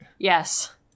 Yes